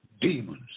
demons